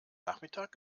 nachmittag